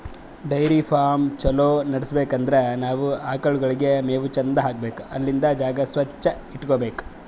dairy farm ಛಲೋ ನಡ್ಸ್ಬೇಕ್ ಅಂದ್ರ ನಾವ್ ಆಕಳ್ಗೋಳಿಗ್ ಮೇವ್ ಚಂದ್ ಹಾಕ್ಬೇಕ್ ಅಲ್ಲಿಂದ್ ಜಾಗ ಸ್ವಚ್ಚ್ ಇಟಗೋಬೇಕ್